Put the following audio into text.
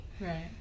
Right